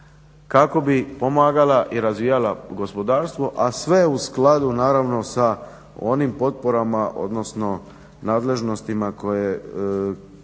kako bi pomagala i razvijala gospodarstvo, a sve u skladu naravno sa onim potporama, odnosno nadležnostima koje